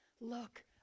look